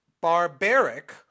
barbaric